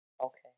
Okay